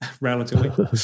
relatively